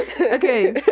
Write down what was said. Okay